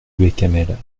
bécamel